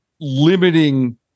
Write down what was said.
limiting